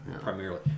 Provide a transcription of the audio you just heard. primarily